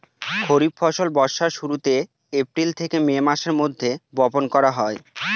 খরিফ ফসল বর্ষার শুরুতে, এপ্রিল থেকে মে মাসের মধ্যে, বপন করা হয়